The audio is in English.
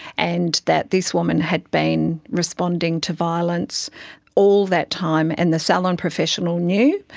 and that this woman had been responding to violence all that time, and the salon professional knew.